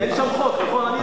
אין שם חוק, נכון?